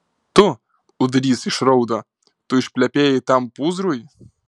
tu ūdrys išraudo tu išplepėjai tam pūzrui